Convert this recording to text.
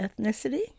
ethnicity